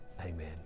Amen